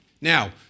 Now